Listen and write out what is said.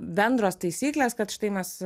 bendros taisyklės kad štai mes